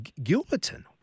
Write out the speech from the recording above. Gilberton